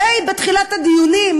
די בתחילת הדיונים.